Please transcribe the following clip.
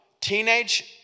teenage